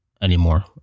anymore